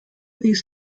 these